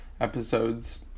episodes